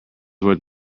worth